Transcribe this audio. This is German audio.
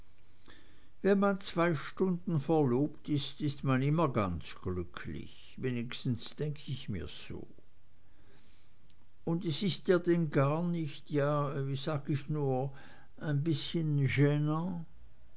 wenn man zwei stunden verlobt ist ist man immer ganz glücklich wenigstens denk ich es mir so und ist es dir denn gar nicht ja wie sag ich nur ein bißchen